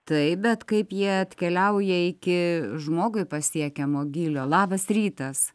taip bet kaip jie atkeliauja iki žmogui pasiekiamo gylio labas rytas